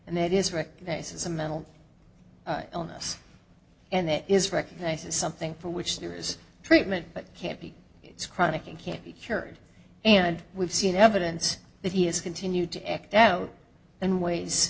and that is recognised as a mental illness and there is recognised as something for which there is treatment but can't be it's chronic it can't be cured and we've seen evidence that he has continued to act out and ways